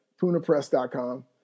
punapress.com